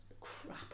crap